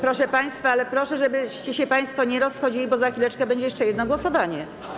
Proszę państwa, proszę, żebyście państwo się nie rozchodzili, bo za chwileczkę będzie jeszcze jedno głosowanie.